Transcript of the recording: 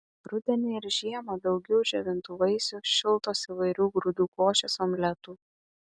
rudenį ir žiemą daugiau džiovintų vaisių šiltos įvairių grūdų košės omletų